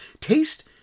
taste